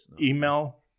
Email